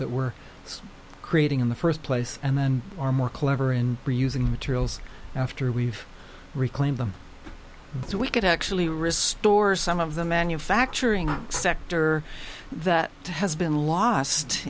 that we're creating in the first place and then are more clever in using materials after we've reclaimed them so we could actually restore some of the manufacturing sector that has been lost